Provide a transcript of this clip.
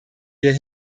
hier